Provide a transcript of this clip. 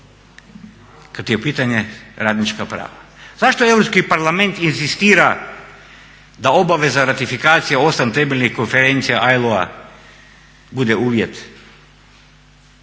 kad su u pitanju radnička prava. Zašto Europski parlament inzistira da obaveza ratifikacije osam temeljnih konferencija AEL-a bude uvjet